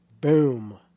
boom